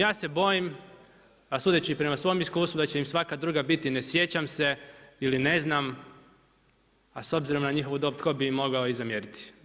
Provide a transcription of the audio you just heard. Ja se bojim, a sudeći prema svom iskustvu da će im svaka druga biti „ne sjećam se“, ili „ne znam“, a s obzirom na njihovu dob tko bi im mogao i zamjeriti.